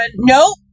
Nope